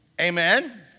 Amen